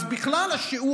אז בכלל השיעור,